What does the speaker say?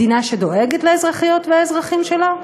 מדינה שדואגת לאזרחיות והאזרחים שלה,